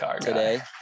today